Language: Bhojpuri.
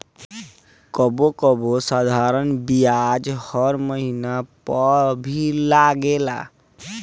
कबो कबो साधारण बियाज हर महिना पअ भी लागेला